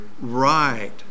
Right